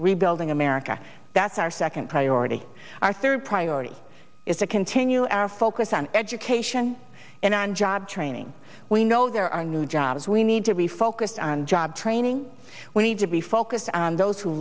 rebuilding america that's our second priority our third priority is to continue our focus on education and on job training we know there are new jobs we need to be focused on job training we need to be focused on those who